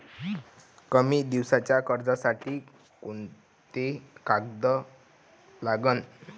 कमी दिसाच्या कर्जासाठी कोंते कागद लागन?